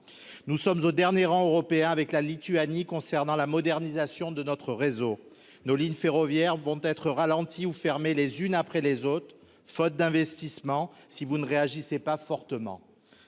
nous sommes au dernier rang européen avec la Lituanie concernant la modernisation de notre réseau, nos lignes ferroviaires vont être ralentis ou les unes après les autres, faute d'investissements, si vous ne réagissez pas fortement